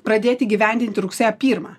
pradėt įgyvendinti rugsėjo pirmą